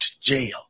jail